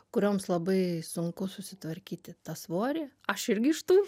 kurioms labai sunku susitvarkyti tą svorį aš irgi iš tų